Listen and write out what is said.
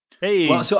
Hey